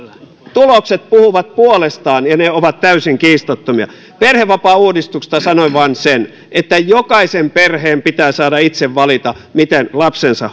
tulokset puhuvat puolestaan ja ne ovat täysin kiistattomia perhevapaauudistuksesta sanon vain sen että jokaisen perheen pitää saada itse valita miten lapsensa